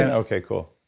and okay, cool.